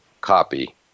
copy